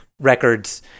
records